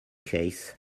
case